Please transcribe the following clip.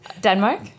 denmark